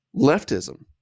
leftism